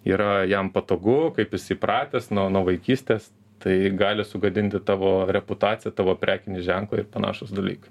yra jam patogu kaip jis įpratęs nuo nuo vaikystės tai gali sugadinti tavo reputaciją tavo prekinį ženklą ir panašūs dalykai